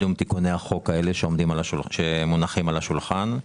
לקידום תיקוני החוק האלה שמונחים על השולחן.